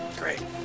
great